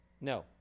No